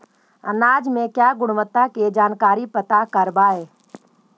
अनाज मे क्या गुणवत्ता के जानकारी पता करबाय?